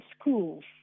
schools